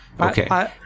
Okay